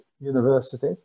university